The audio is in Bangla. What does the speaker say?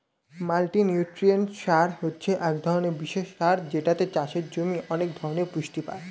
মাল্টিনিউট্রিয়েন্ট সার হচ্ছে এক ধরণের বিশেষ সার যেটাতে চাষের জমি অনেক ধরণের পুষ্টি পায়